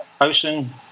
ocean